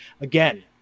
Again